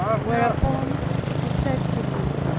whereupon he said to me,